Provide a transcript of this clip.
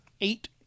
eight